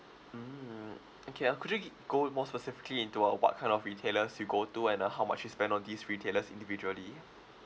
mm okay ah could you g~ go more specifically into uh what kind of retailers you go to and uh how much you spend on these retailers individually